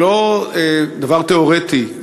זה לא דבר תיאורטי,